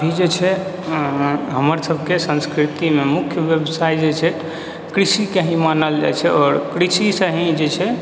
ई जे छै हमरसभके संस्कृतिमे मुख्य व्यवसाय जे छै कृषिके ही मानल जाइत छै आओर कृषिसँ ही जे छै